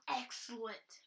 excellent